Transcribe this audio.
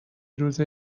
روز